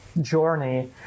journey